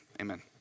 Amen